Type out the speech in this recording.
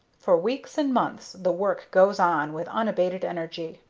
for weeks and months the work goes on with unabated energy.